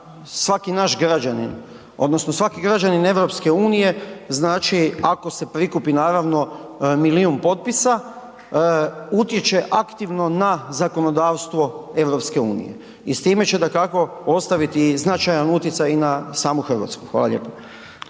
svaki naš građanin odnosno svaki građanin EU-a znači ako se prikupi naravno milijun potpisa, utječe aktivno na zakonodavstvo EU-a i s time će dakako ostaviti značajan utjecaj i na samu Hrvatsku. Hvala lijepo.